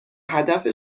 هدف